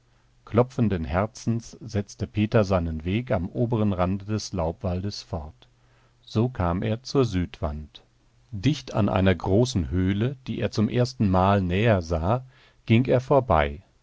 klopfenden herzens setzte peter seinen weg am oberen rande des laubwaldes fort so kam er zur südwand dicht an einer großen höhle die er zum erstenmal näher sah ging er vorbei